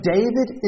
David